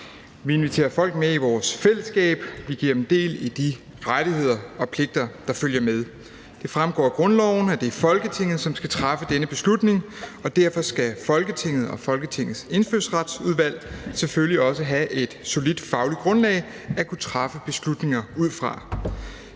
Vi inviterer folk med i vores fællesskab. Vi giver dem del i de rettigheder og pligter, der følger med. Det fremgår af grundloven, at det er Folketinget, som skal træffe denne beslutning, og derfor skal Folketinget og Folketingets Indfødsretsudvalg selvfølgelig også have et solidt fagligt grundlag at kunne træffe beslutninger ud fra.